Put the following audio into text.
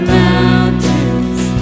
mountains